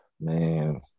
man